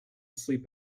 sleep